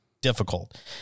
difficult